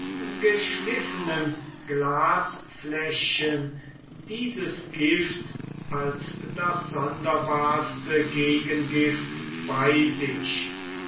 geschliffenen glasfläschchen dieses gift als das sonderbarste gegengift bei sich